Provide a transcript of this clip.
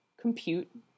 compute